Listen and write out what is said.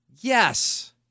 yes